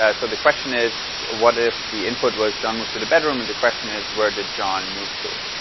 ah so the question is, what if the input was john moves to the bedroom, and the question is where did john move to?